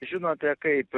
žinote kaip